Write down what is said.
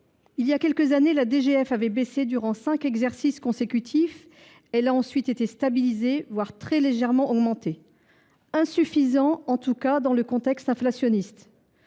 Il y a quelques années, la DGF avait baissé durant cinq exercices consécutifs ; elle a ensuite été stabilisée, voire très légèrement augmentée, mais insuffisamment dans le contexte inflationniste.